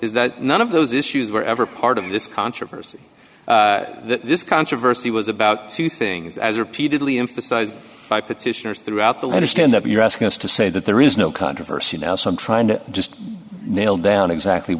that none of those issues were ever part of this controversy this controversy was about two things as repeatedly emphasized by petitioners throughout the understand that you're asking us to say that there is no controversy now so i'm trying to just nail down exactly